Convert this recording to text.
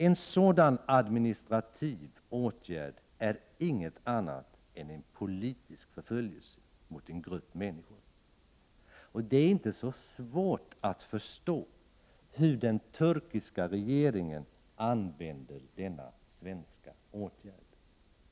En sådan administrativ åtgärd är ingenting annat än politisk förföljelse mot en grupp människor. Det är inte särskilt svårt att förstå hur den turkiska regeringen använder denna svenska åtgärd.